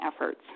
efforts